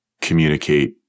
communicate